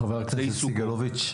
חבר הכנסת סגלוביץ',